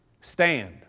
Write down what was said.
Stand